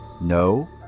No